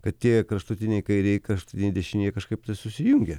kad tie kraštutiniai kairieji kraštutiniai dešinieji kažkaip susijungia